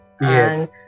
Yes